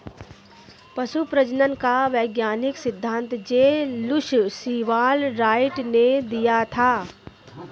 पशु प्रजनन का वैज्ञानिक सिद्धांत जे लुश सीवाल राइट ने दिया था